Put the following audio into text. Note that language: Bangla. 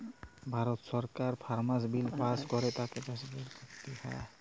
ভারত সরকার ফার্মার্স বিল পাস্ ক্যরে তাতে চাষীদের খ্তি হ্যয়